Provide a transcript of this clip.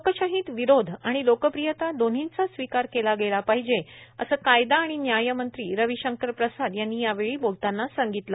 लोकशाहीत विरोध आणि लोकप्रियता दोन्हींचा स्विकार केला गेला पाहिजे असं कायदा आणि न्यायमंत्री रविशंकर प्रसाद यांनी यावेळी बोलतांना सांगितलं